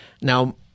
Now